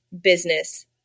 business